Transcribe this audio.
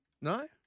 No